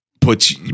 puts